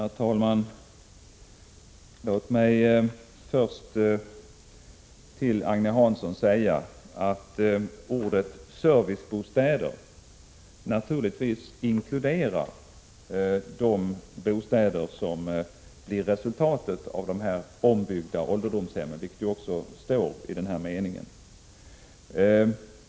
Herr talman! Låt mig först till Agne Hansson säga att begreppet servicebostäder naturligtvis inkluderar de bostäder som blir resultatet av ombyggnaden av ålderdomshem, vilket också framgår av den aktuella meningen.